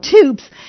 tubes